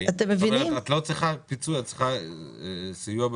את לא צריכה פיצוי, את צריכה סיוע בתזרים.